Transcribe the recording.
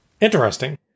Interesting